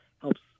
helps